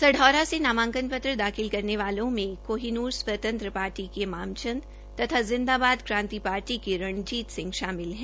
सढौरा से नामांकन पत्र दाखिल करने वालों में कोहिनूर स्वतंत्र पार्टी के माम चंद तथा जिंदाबाद क्रांति पार्टी के रणजीत सिंह शामिल है